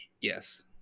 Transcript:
Yes